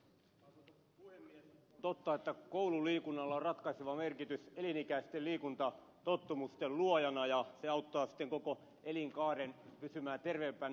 on totta että koululiikunnalla on ratkaiseva merkitys elinikäisten liikuntatottumusten luojana ja se auttaa sitten koko elinkaaren pysymään terveempänä